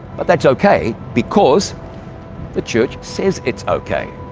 but that's okay, because the church says it's okay.